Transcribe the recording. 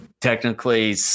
technically